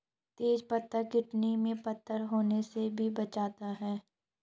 तेज पत्ता किडनी में पत्थर होने से भी बचाता है